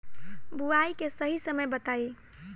बुआई के सही समय बताई?